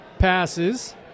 passes